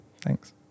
Thanks